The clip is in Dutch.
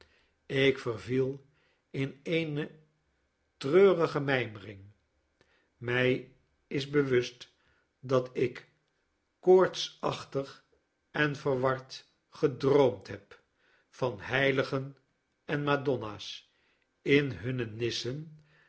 ik verviel in eene treurige mijmering mij is bewust dat ik koortsachtig en verwardgedroomd heb van heiligen en madonna's in hunne nissen